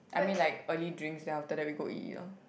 I mean like early drinks then after that we go eat